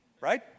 right